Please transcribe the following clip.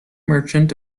merchant